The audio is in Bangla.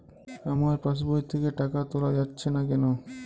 আমার পাসবই থেকে টাকা তোলা যাচ্ছে না কেনো?